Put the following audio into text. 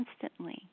constantly